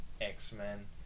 X-Men